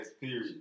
period